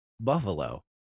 Buffalo